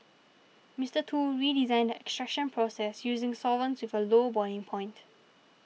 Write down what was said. Mister Tu redesigned the extraction process using solvents with a low boiling point